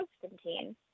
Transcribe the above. Constantine